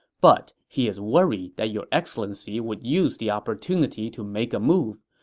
but he is worried that your excellency would use the opportunity to make a move.